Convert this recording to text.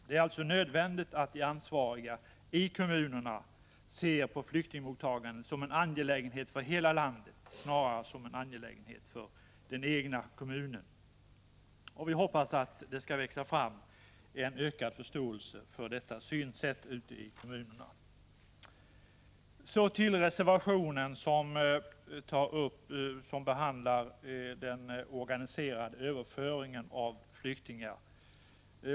Det är alltså nödvändigt att de ansvariga i kommunerna ser på flyktingmottagandet som en angelägenhet för hela landet snarare än som en angelägenhet för den egna kommunen. Vi hoppas att det skall växa fram en ökad förståelse för detta synsätt ute i kommunerna. Så till reservationen, där den organiserade överföringen av flyktingar behandlas.